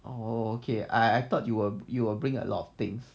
oh okay I thought you will you bring a lot of things